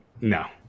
no